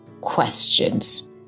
questions